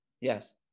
Yes